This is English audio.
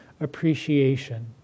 appreciation